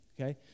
okay